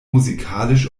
musikalisch